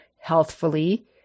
healthfully